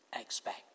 expect